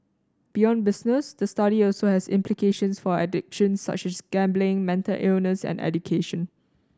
beyond business the study also has implications for addictions such as gambling mental illness and education